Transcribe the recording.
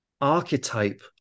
archetype